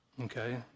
Okay